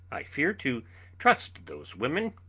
i fear to trust those women,